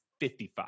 55